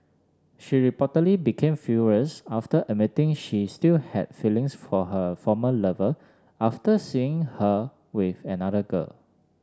she reportedly became furious after admitting she still had feelings for her former lover after seeing her with another girl